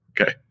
Okay